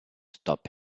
stop